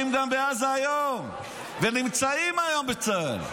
גם בעזה היום ונמצאים היום בצה"ל.